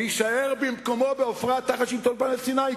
יישאר במקומו בעופרה תחת שלטון פלסטיני,